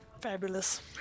Fabulous